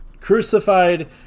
crucified